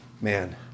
Man